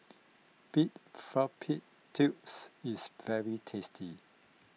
Pig Fallopian Tubes is very tasty